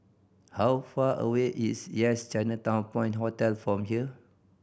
how far away is Yes Chinatown Point Hotel from here